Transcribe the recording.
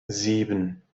sieben